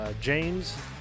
James